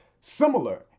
similar